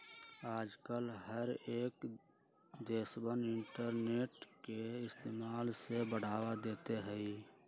आजकल हर एक देशवन इन्टरनेट के इस्तेमाल से बढ़ावा देते हई